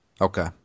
Okay